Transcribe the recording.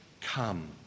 come